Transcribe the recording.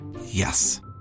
Yes